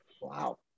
Wow